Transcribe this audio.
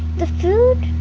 the food,